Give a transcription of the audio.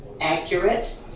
accurate